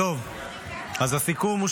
טוב, אז הסיכום הוא